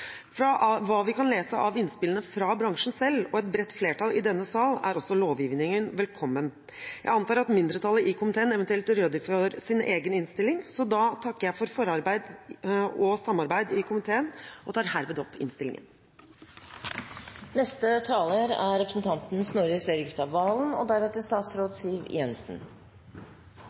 Fra hva vi kan lese av innspillene fra bransjen selv og et bredt flertall i denne sal, er også lovgivningen velkommen. Jeg antar at mindretallet i komiteen eventuelt redegjør for sine forslag i innstillingen. Jeg takker for forarbeid og samarbeid i komiteen og